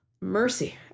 Mercy